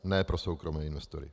Ne pro soukromé investory.